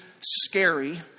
scary